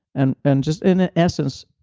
and and just in ah essence,